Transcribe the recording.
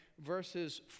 verses